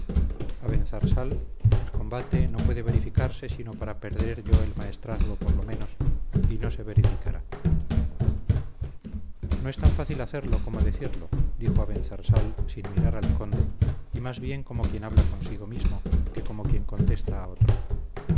macías abenzarsal el combate no puede verificarse sino para perder yo el maestrazgo por lo menos y no se verificará no es tan fácil hacerlo como decirlo dijo abenzarsal sin mirar al conde y más bien como quien habla consigo mismo que como quien contesta a otro